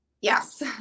yes